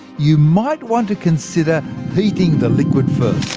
you might want to consider heating the liquid first